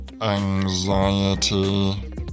anxiety